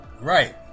Right